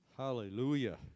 Hallelujah